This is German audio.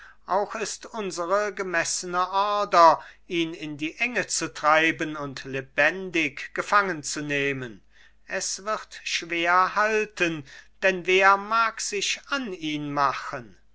auch ist unsere gemessene order ihn in die enge zu treiben und lebendig gefangenzunehmen es wird schwerhalten denn wer mag sich an ihn machen